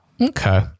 Okay